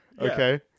Okay